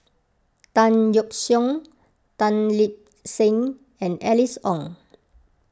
Tan Yeok Seong Tan Lip Seng and Alice Ong